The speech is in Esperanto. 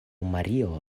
mario